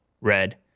red